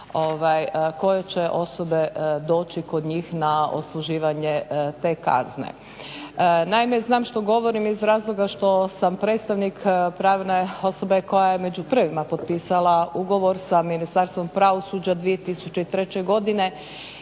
koje će osobe doći kod njih na odsluživanje te kazne. Naime, znam što govorim iz razloga što sam predstavnik pravne osobe koja je među prvima potpisala ugovor sa Ministarstvom pravosuđa 2003. i